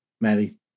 Maddie